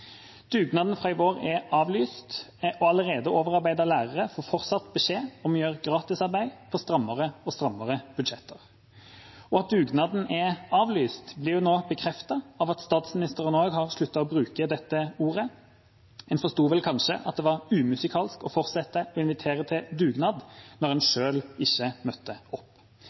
Dugnaden fra i vår er avlyst, men allerede overarbeidede lærere får fortsatt beskjed om å gjøre gratisarbeid på strammere og strammere budsjetter. At dugnaden er avlyst, blir nå bekreftet av at statsministeren også har sluttet å bruke dette ordet. En forsto vel kanskje at det var umusikalsk å fortsette å invitere til dugnad når en selv ikke møtte opp.